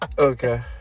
okay